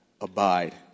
Abide